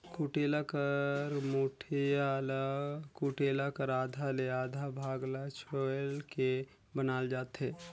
कुटेला कर मुठिया ल कुटेला कर आधा ले आधा भाग ल छोएल के बनाल जाथे